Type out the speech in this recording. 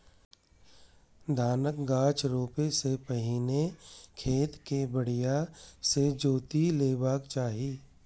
धानक गाछ रोपै सं पहिने खेत कें बढ़िया सं जोति लेबाक चाही